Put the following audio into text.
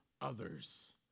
others